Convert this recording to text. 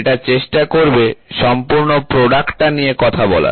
এটা চেষ্টা করবে সম্পূর্ণ প্রোডাক্টটা নিয়ে কথা বলার